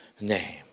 name